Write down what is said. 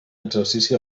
exercici